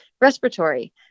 Respiratory